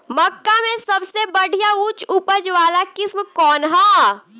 मक्का में सबसे बढ़िया उच्च उपज वाला किस्म कौन ह?